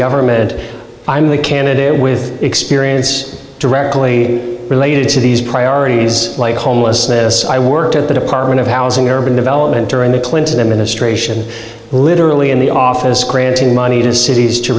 government i'm the candidate with experience directly related to these priorities homelessness i worked at the department of housing and urban development during the clinton administration literally in the office granting money to cities to